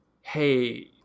hey